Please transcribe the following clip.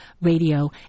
radio